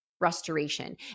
restoration